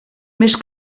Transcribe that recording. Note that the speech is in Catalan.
més